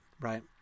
right